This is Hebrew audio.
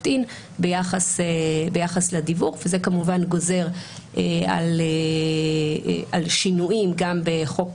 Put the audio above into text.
in ביחס לדיוור וזה כמובן גוזר על שינויים גם בחוק